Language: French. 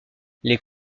les